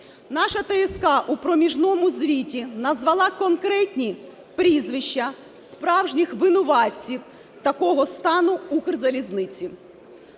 Наша ТСК у проміжному звіті назвала конкретні прізвища справжніх винуватців такого стану Укрзалізниці.